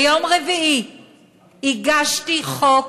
ביום רביעי הגשתי חוק